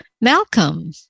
Malcolm